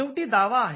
शेवटी दावा आहे